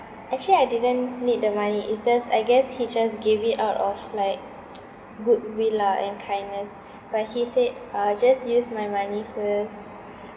actually I didn't need the money it's just I guess he just give it out of like goodwill lah and kindness but he said uh just use my money first